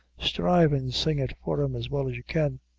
strive an' sing it for him as well as you can.